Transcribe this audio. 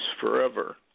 forever